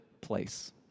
place